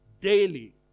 daily